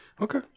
Okay